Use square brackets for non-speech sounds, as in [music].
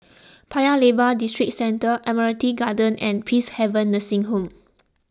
[noise] Paya Lebar Districentre Admiralty Garden and Peacehaven Nursing Home